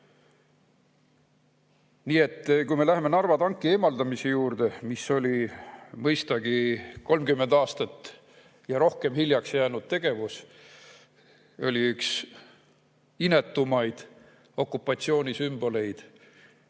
Nii, läheme nüüd Narva tanki eemaldamise juurde, mis oli mõistagi 30 aastat ja rohkem hiljaks jäänud tegevus. See oli üks inetumaid okupatsioonisümboleid